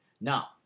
Now